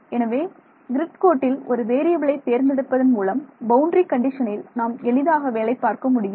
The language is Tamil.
எனவே கிரிட் கோட்டில் ஒரு வேறியபிலை தேர்ந்தெடுப்பதன் மூலம் பவுண்டரி கண்டிஷனில் நாம் எளிதாக வேலை பார்க்க முடியும்